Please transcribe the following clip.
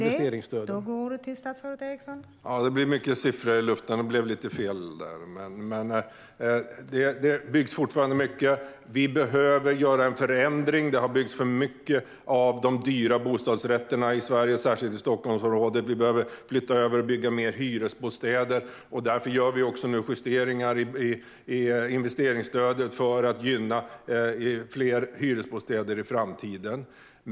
Fru talman! Det blir många siffror i luften, och det blev lite fel där. Men det byggs fortfarande mycket. Vi behöver göra en förändring. Det har byggts för många dyra bostadsrätter i Sverige, särskilt i Stockholmsområdet. Vi behöver bygga fler hyresbostäder. Därför gör vi nu justeringar i investeringsstödet för att gynna byggandet av fler hyresbostäder i framtiden.